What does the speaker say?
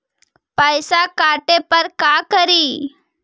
पैसा काटे पर का करि?